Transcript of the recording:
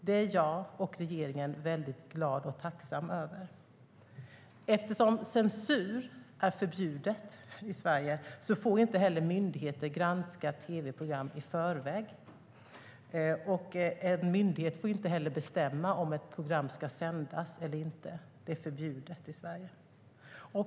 Det är jag och regeringen väldigt glada och tacksamma över. Eftersom censur är förbjudet i Sverige får inte heller myndigheter granska tv-program i förväg. En myndighet får inte heller bestämma om ett program ska sändas eller inte - det är förbjudet i Sverige.